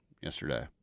yesterday